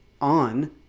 on